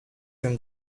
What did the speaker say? from